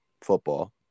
football